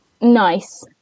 nice